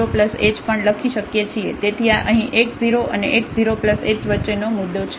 તેથી આ અહીં x 0 અને x 0 h વચ્ચેનો મુદ્દો છે